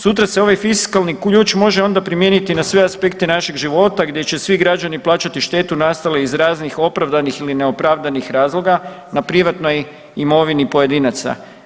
Sutra se ovaj fiskalni ključ možde onda primijeniti i na sve aspekte našeg života gdje će svi građani plaćati štetu nastalu iz raznih opravdanih ili neopravdanih razloga na privatnoj imovini pojedinaca.